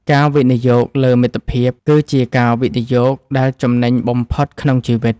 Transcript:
ការវិនិយោគលើមិត្តភាព គឺជាការវិនិយោគដែលចំណេញបំផុតក្នុងជីវិត។